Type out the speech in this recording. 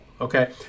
okay